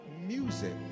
music